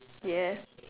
yes